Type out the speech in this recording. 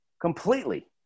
Completely